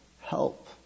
help